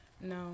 no